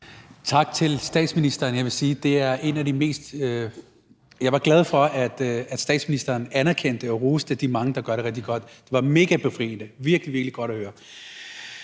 Tak til statsministeren. Jeg vil sige, at jeg er glad for, at statsministeren anerkendte og roste de mange, der gør det rigtig godt. Det var mega befriende, virkelig, virkelig godt at høre.